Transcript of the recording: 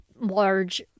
large